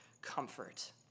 comfort